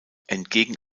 entgegen